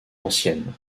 anciennes